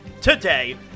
today